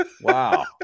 wow